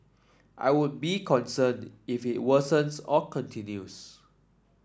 I would be concerned if it worsens or continues